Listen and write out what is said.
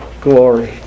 glory